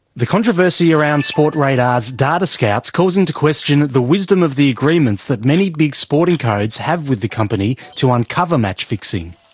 controversy around sportradar's data scouts calls into question the wisdom of the agreements that many big sporting codes have with the company to uncover match fixing.